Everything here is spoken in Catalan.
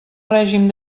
règim